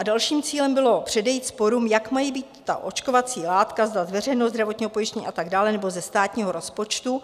Dalším cílem bylo předejít sporům, jak má být ta očkovací látka hrazena, zda z veřejného zdravotního pojištění a tak dále, nebo ze státního rozpočtu.